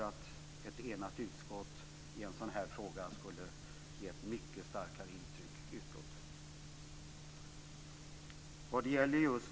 Ett enat utskott skulle ge ett mycket starkare intryck utåt i en sådan här fråga.